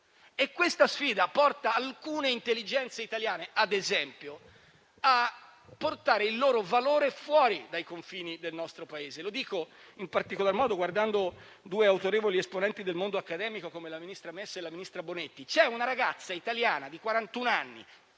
Questa sfida porta alcune intelligenze italiane, ad esempio, a condurre il loro valore fuori dai confini del nostro Paese. Lo dico in particolar modo guardando due autorevoli esponenti del mondo accademico, come la ministra Messa e la ministra Bonetti. C'è una ragazza italiana di quarantuno